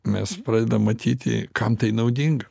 mes pradedam matyti kam tai naudinga